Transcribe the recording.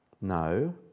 No